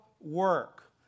work